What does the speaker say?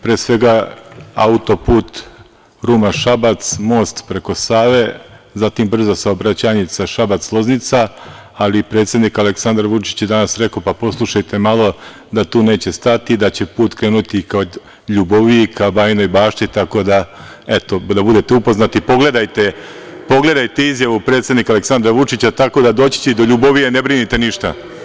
Pre svega auto-put Ruma - Šabac, most preko Save, zatim brza saobraćajnica Šabac - Loznica, ali predsednik Aleksandar Vučić je danas rekao, pa poslušajte malo da tu neće stati, da će put krenuti ka Ljuboviji, ka Bajnoj Bašti, tako da budete upoznati, pogledajte izjavu predsednika Aleksandra Vučića, tako da, doći će i do Ljubovije, ne brinite ništa.